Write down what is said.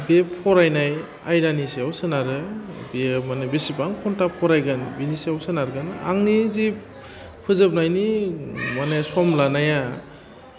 बे फरायनाय आयदानि सायाव सोनारो बियो माने बिसिबां घन्टा फरायगोन बिनि सायाव सोनारगोन आंनि जि फोजोबनायनि माने सम लानाया